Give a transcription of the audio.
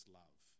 love